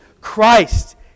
Christ